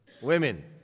Women